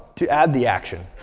to add the action.